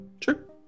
Sure